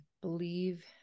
believe